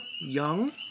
young